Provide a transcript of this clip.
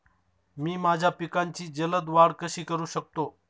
मी माझ्या पिकांची जलद वाढ कशी करू शकतो?